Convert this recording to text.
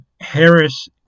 Harris